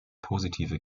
positive